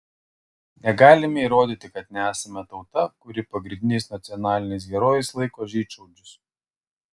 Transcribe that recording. negalime įrodyti kad nesame tauta kuri pagrindiniais nacionaliniais herojais laiko žydšaudžius